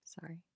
Sorry